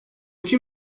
kim